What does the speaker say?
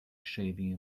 shaving